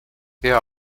hea